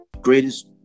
Greatest